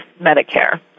Medicare